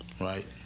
right